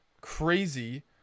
Crazy